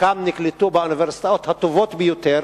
חלקם נקלטו באוניברסיטאות הטובות ביותר,